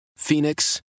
Phoenix